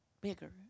bigger